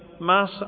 mass